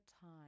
time